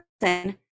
person